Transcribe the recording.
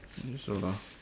guess so lah